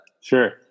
Sure